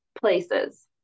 places